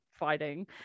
fighting